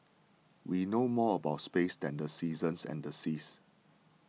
we know more about space than the seasons and the seas